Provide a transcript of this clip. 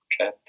Okay